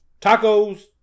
Tacos